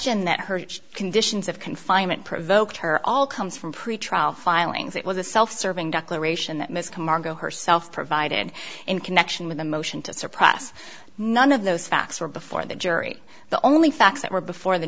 that her conditions of confinement provoked her all comes from pretrial filings it was a self serving declaration that miska margot herself provided in connection with a motion to suppress none of those facts were before the jury the only facts that were before the